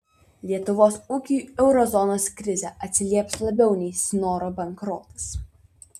lietuvos ūkiui euro zonos krizė atsilieps labiau nei snoro bankrotas